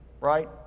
right